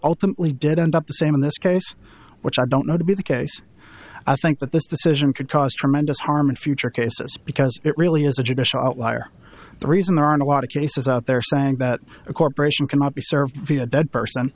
ultimately did end up the same in this case which i don't know to be the case i think that this decision could cause tremendous harm in future cases because it really is a judicial outlier the reason there aren't a lot of cases out there saying that a corporation cannot be served via a dead person